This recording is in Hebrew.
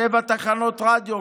שבע תחנות רדיו,